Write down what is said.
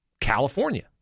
California